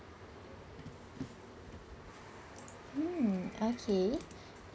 mm okay